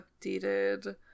updated